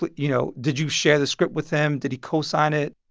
but you know, did you share the script with him? did he co-sign it?